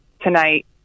tonight